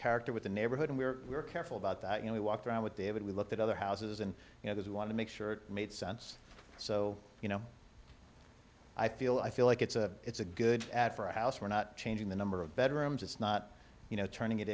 character with the neighborhood and we were careful about that you know we walked around with david we looked at other houses and you know that we want to make sure it made sense so you know i feel i feel like it's a it's a good ad for a house we're not changing the number of bedrooms it's not you know turning